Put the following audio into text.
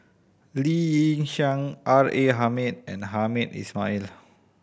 Lee Yi Shyan R A Hamid and Hamed Ismail